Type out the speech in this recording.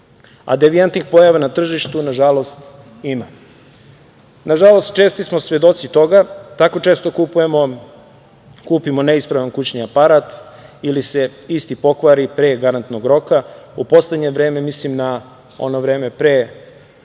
a devijantnih pojava na tržištu, nažalost, ima. Nažalost, česti smo svedoci toga. Tako često kupimo neispravan kućni aparat ili se isti pokvari pre garantnog roka. U poslednje vreme, mislim na ono vreme pre